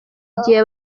igihe